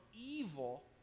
evil